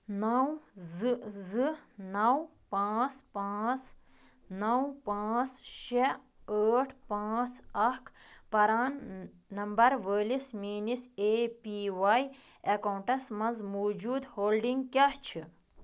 نَو زٕ زٕ نَو پانٛژھ پانٛژھ نَو پانٛژھ شےٚ ٲٹھ پانٛژھ اَکھ پران نمبر وٲلِس میٛٲنِس اے پی واے اٮ۪کاُنٛٹس منٛز موجوٗد ہولڈِنٛگ کیٛاہ چھِ